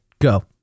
go